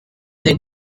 they